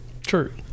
true